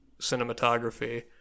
cinematography